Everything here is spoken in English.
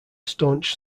staunch